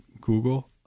google